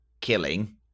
killing